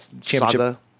Championship